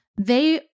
They-